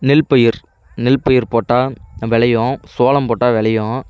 நெல் பயிர் நெல் பயிர் போட்டால் விளையும் சோளம் போட்டால் விளையும்